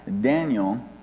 Daniel